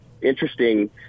Interesting